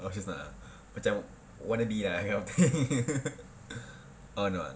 oh she's not ah macam wanna be lah that kind of thing